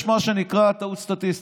יש מה שנקרא טעות סטטיסטית,